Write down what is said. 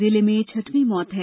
जिले में ये छठवीं मौत है